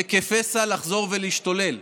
זה כפסע מלחזור ולהשתולל.